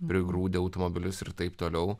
prigrūdę automobilius ir taip toliau